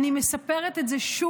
אני מספרת את זה שוב